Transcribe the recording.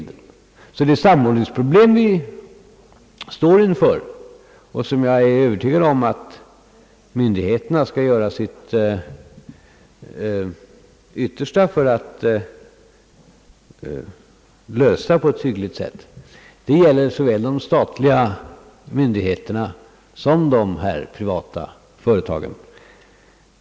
De samordningsproblem som vi står inför och som jag är övertygad om att myndigheterna skall göra sitt yttersta för att lösa på ett hyggligt sätt gäller alltså såväl de statliga myndigheterna som dessa privata företag.